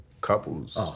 couples